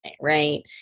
right